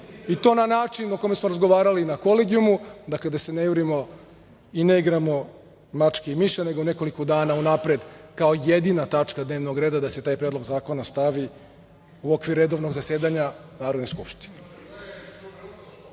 i to na način o kome smo razgovarali na Kolegijumu, da se ne jurimo i ne igramo mačke i miša, nego nekoliko dana unapred kao jedina tačka dnevnog reda, da se taj zakon stavi u okviru redovnog zasedanja Narodne skupštine.E